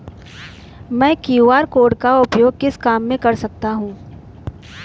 मैं QR code का उपयोग किस काम में कर सकता हूं?